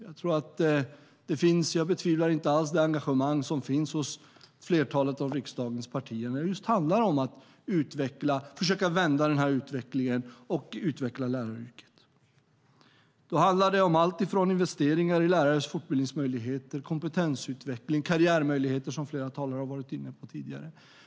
Jag betvivlar inte alls det engagemang som finns hos flertalet av riksdagens partier när det handlar om att just försöka vända denna utveckling och utveckla läraryrket. Då handlar det om allt från investeringar i lärares fortbildningsmöjligheter, kompetensutveckling och karriärmöjligheter, som flera talare har varit inne på tidigare.